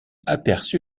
aperçu